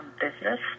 business